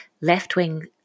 left-wing